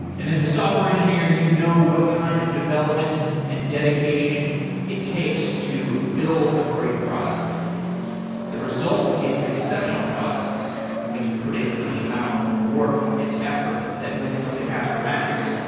and as a software engineer, you know what kind of development and dedication it takes to build a great product the result is an exceptional product and when you put in the amount of work and effort that went into the casper mattress,